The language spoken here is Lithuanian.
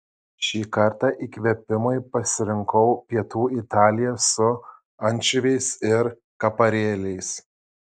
šį kartą įkvėpimui pasirinkau pietų italiją su ančiuviais ir kaparėliais